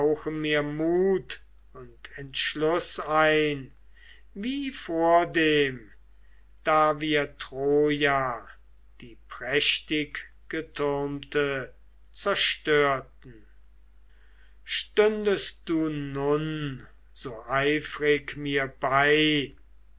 mir mut und entschluß ein wie vordem da wir troja die prächtiggetürmte zerstörten stündest du nun so eifrig mir bei